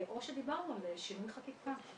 או שדיברנו על שינוי חקיקה.